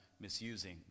misusing